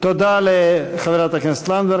תודה לחברת הכנסת לנדבר.